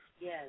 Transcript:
Yes